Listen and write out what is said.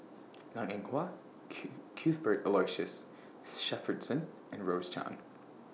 Liang Eng Hwa Q Cuthbert Aloysius Shepherdson and Rose Chan